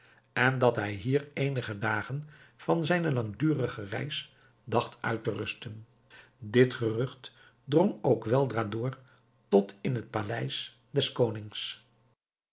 en dat hij hier eenige dagen van zijne langdurige reis dacht uit te rusten dit gerucht drong ook weldra door tot in het paleis des konings